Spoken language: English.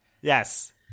Yes